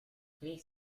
please